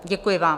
Děkuji vám.